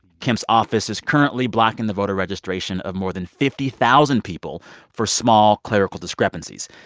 kemp's office is currently blocking the voter registration of more than fifty thousand people for small clerical discrepancies,